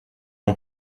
non